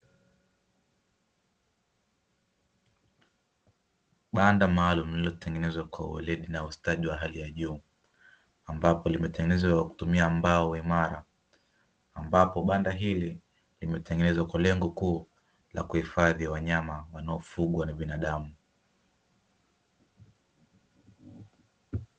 Banda maalumu lililotengenezwa kwa weledi na ustadi wa hali ya juu ambapo limetengenezwa kwa kutumia mbao imara ambapo banda hili limetengenezwa kwa lengo kuu la kuhifadhi wanyama wanaofugwa na binadamu.